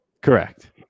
Correct